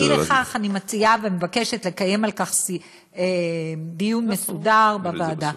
אי לכך אני מציעה ומבקשת לקיים על כך דיון מסודר בוועדה.